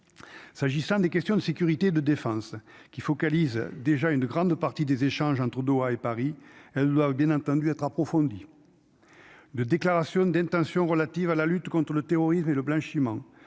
s'agissant des questions de sécurité de défense qui focalise déjà une grande partie des échanges entre Doha et Paris, elles doivent bien entendu être approfondie de déclarations d'intention relative à la lutte contre le terrorisme et le blanchiment